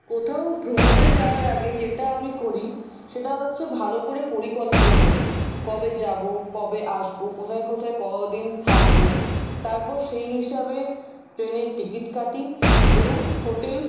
কোথাও ভ্রমণে যাওয়ার আগে যেটা আমি করি সেটা হচ্ছে ভালো করে পরিকল্পনা করি কবে যাবো কবে আসবো কোথায় কোথায় কদিন থাকবো তারপর সেই হিসাবে ট্রেনের টিকিট কাটি এবং হোটেল